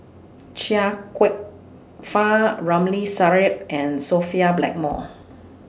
Chia Kwek Fah Ramli Sarip and Sophia Blackmore